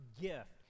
gift